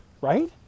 right